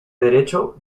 derecho